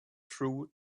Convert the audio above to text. through